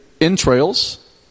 entrails